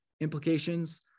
implications